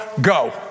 go